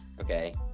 Okay